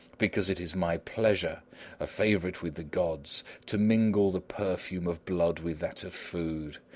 because it is my pleasure a favourite with the gods to mingle the perfume of blood with that of food,